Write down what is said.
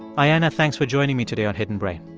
ah ayanna, thanks for joining me today on hidden brain